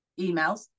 emails